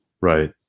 Right